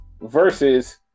versus